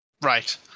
Right